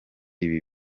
ibi